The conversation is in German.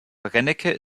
brennecke